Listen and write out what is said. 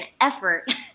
effort